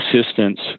assistance